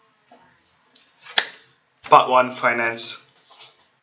part one finance